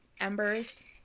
Embers